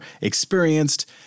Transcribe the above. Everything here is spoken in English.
experienced